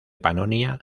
panonia